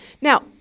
Now